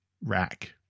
rack